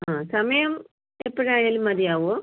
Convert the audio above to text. ആ സമയം എപ്പോഴായാലും മതിയാവോ